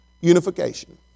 Unification